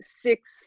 six